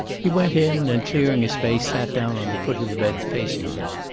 he went in and, clearing a space, sat down on the foot of the bed, facing her.